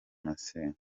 masengo